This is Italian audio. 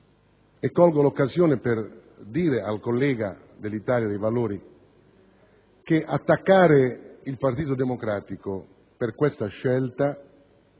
Colgo l'occasione per dire al collega dell'Italia dei Valori che attaccare il Partito Democratico per questa scelta